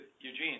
Eugene